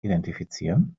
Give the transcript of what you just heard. identifizieren